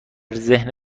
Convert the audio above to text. ذهن